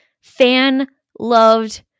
fan-loved